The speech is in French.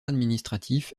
administratif